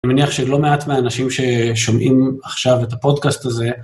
אני מניח שלא מעט מהאנשים ששומעים עכשיו את הפודקאסט הזה.